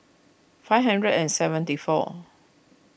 five hundred and seventy four